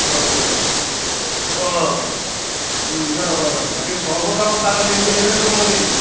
অঁ কৰিব অঁ নাই হয় হয় বাকী চৰবত আৰু চাহ যিটো সেইটো সেইটো মই দি দিম